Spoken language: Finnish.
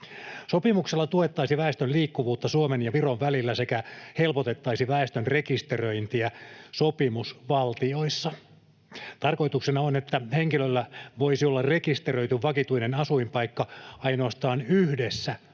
Sopimuksella tuettaisiin väestön liikkuvuutta Suomen ja Viron välillä sekä helpotettaisiin väestön rekisteröintiä sopimusvaltioissa. Tarkoituksena on, että henkilöllä voisi olla rekisteröity vakituinen asuinpaikka ainoastaan yhdessä